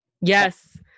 Yes